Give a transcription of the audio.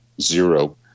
zero